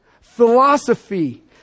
philosophy